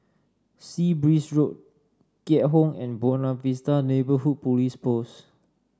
Sea Breeze Road Keat Hong and Buona Vista Neighbourhood Police Post